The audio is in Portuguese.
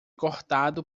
cortado